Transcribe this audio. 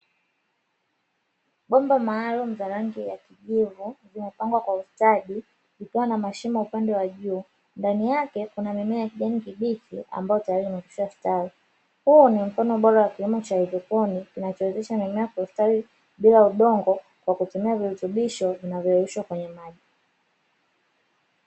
Bomba maalumu za rangi ya kijivu, zimepangwa kwa ustadi kukiwa na mashimo upande wa juu, ndani yake kuna mimea ya kijani kibichi ambayo tayari imekwishastawi. Huu ni mfano bora wa kilimo cha haidroponi, kinachowezesha mimea kustawi bila udongo, kwa kutumia virutubisho vinavyoyeyushwa kwenye maji.